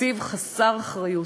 תקציב חסר אחריות.